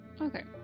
Okay